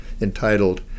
entitled